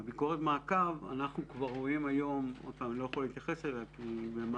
בביקורת המעקב אנחנו כבר רואים היום אני לא יכול להתייחס כי זה במהלך,